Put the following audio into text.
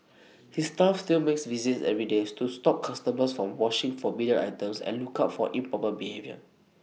his staff still makes visits every days to stop customers from washing forbidden items and look out for improper behaviour